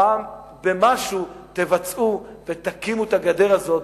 במשהו תקימו את הגדר הזאת,